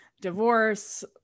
divorce